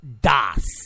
Das